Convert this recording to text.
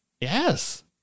Yes